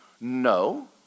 No